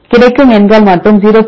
கிடைக்கும் எண்கள் மற்றும் 0